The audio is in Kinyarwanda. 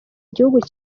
igihugu